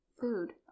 Food